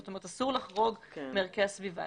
זאת אומרת, אסור לחרוג מערכי הסביבה.